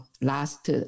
Last